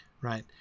right